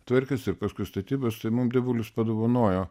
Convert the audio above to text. tvarkėsi ir paskui statybos tai mum dievulis padovanojo